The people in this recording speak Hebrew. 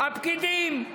הפקידים?